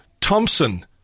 Thompson